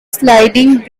sliding